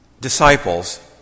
disciples